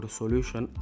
solution